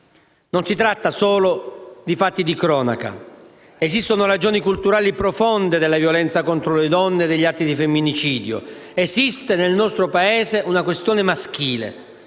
Non si tratta solo di fatti di cronaca. Esistono ragioni culturali profonde della violenza contro le donne e degli atti di femminicidio. Esiste, nel nostro Paese, una questione maschile,